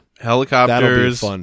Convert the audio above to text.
helicopters